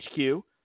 hq